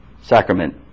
sacrament